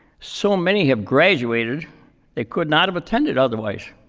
so many have graduated that could not have attended otherwise,